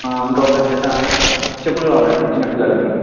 ఇంకొక జత చెప్పులు కావాలండి చిన్నపిల్లలకి